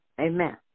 Amen